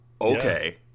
okay